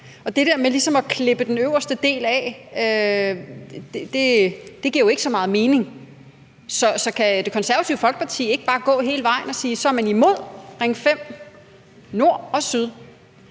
Og det der med ligesom at klippe den øverste del af giver jo ikke så meget mening. Så kan Det Konservative Folkeparti ikke bare gå hele vejen og sige, at så er man imod Ring 5 – nord og syd